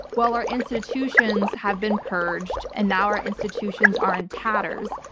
well our institutions have been purged and now our institutions are in tatters,